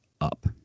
up